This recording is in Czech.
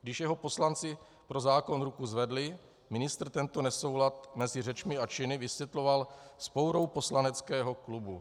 Když jeho poslanci pro zákon ruku zvedli, ministr tento nesoulad mezi řečmi a činy vysvětloval vzpourou poslaneckého klubu.